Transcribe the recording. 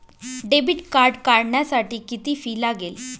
Debit card काढण्यासाठी किती fee लागते?